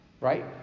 Right